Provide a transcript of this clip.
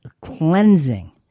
cleansing